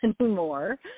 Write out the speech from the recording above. anymore